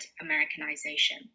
Americanization